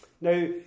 Now